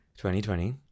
2020